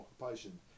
occupation